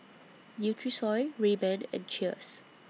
Nutrisoy Rayban and Cheers